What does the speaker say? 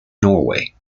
norway